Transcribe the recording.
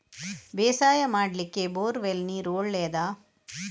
ಬೇಸಾಯ ಮಾಡ್ಲಿಕ್ಕೆ borewell ನೀರು ಒಳ್ಳೆಯದಾ?